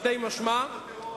תרתי משמע.